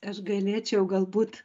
aš galėčiau galbūt